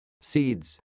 seeds